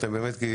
מצד אחד,